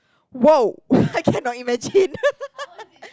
!woah! I cannot imagine